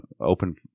Open